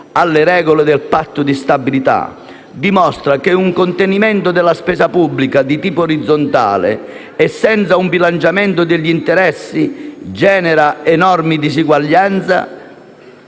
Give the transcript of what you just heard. alle regole del Patto di stabilità dimostra che un contenimento della spesa pubblica di tipo orizzontale e senza un bilanciamento degli interessi genera enormi disuguaglianze.